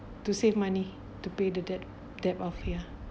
to save money to pay the debt debt off ya